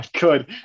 Good